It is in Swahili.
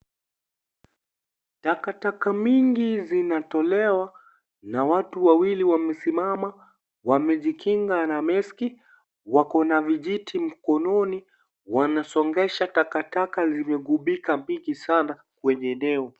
Takataka mingi zinatolewa na watu wawili wamesimama , wamejikinga na maski, wako na vijiti mkononi. Wanasongesha takataka vilivyobuga mingi sana kwenye eneo.